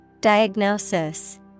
Diagnosis